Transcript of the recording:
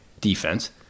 defense